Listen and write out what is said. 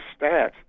stats